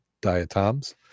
diatoms